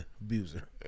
Abuser